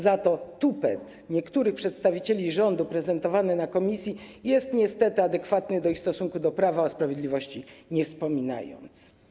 Za to tupet niektórych przedstawicieli rządu, prezentowany na posiedzeniu komisji, jest niestety adekwatny do ich stosunku do prawa, o sprawiedliwości nie wspominając.